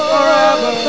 Forever